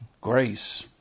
grace